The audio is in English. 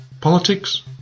politics